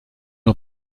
nur